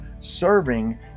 serving